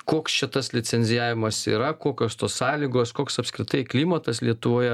koks šitas licenzijavimas yra kokios tos sąlygos koks apskritai klimatas lietuvoje